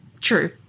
True